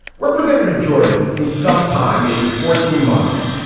representative jordan, in some time, maybe fourteen months,